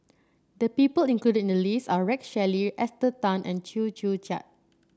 the people included in the list are Rex Shelley Esther Tan and Chew Joo Chiat